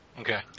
Okay